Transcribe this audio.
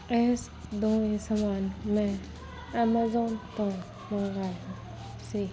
S ਦੋਵੇਂ ਸਮਾਨ ਮੈਂ ਐਮਾਜ਼ੋਨ ਤੋਂ ਮੰਗਾਏ ਸੀ